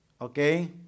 Okay